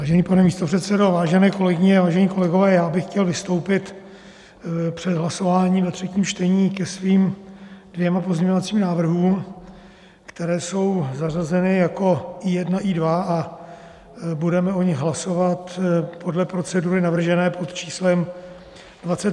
Vážený pane místopředsedo, vážené kolegyně, vážení kolegové, já bych chtěl vystoupit před hlasováním ve třetím čtení ke svým dvěma pozměňovacím návrhům, které jsou zařazeny jako I1 a I2, a budeme o nich hlasovat podle procedury navržené pod číslem 23.